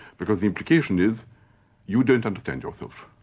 because the implication is you don't understand yourself.